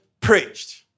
Preached